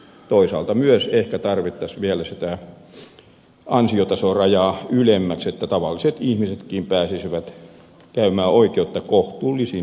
toisaalta myös ehkä tarvittaisiin vielä ansiotason rajaa ylemmäksi että tavalliset ihmisetkin pääsisivät käymään oikeutta kohtuullisin kustannuksin